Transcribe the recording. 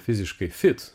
fiziškai fit